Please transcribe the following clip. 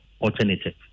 alternative